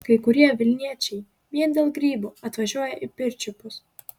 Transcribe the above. kai kurie vilniečiai vien dėl grybų atvažiuoja į pirčiupius